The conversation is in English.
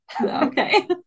Okay